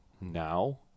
now